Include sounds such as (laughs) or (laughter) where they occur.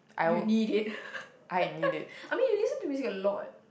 you need it (laughs) I mean you listen to music a lot